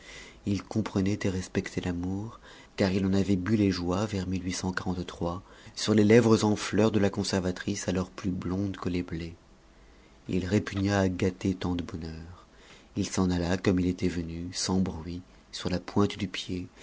il comprenait et respectait l'amour car il en avait bu les joies vers sur les lèvres en fleur de la conservatrice alors plus blonde que les blés il répugna à gâter tant de bonheur il s'en alla comme il était venu sans bruit sur la pointe du pied